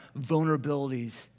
vulnerabilities